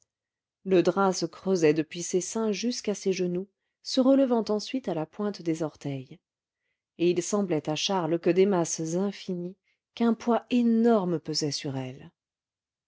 le drap se creusait depuis ses seins jusqu'à ses genoux se relevant ensuite à la pointe des orteils et il semblait à charles que des masses infinies qu'un poids énorme pesait sur elle